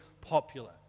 popular